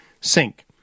sink